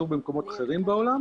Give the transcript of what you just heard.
למחזור במקומות אחרים בעולם,